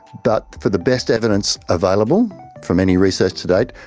but for the best evidence available from any research to date,